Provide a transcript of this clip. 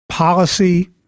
policy